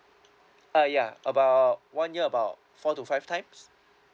uh ya about one year about four to five times